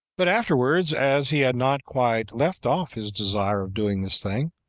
but afterwards, as he had not quite left off his desire of doing this thing,